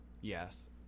yes